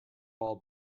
all